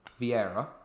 Vieira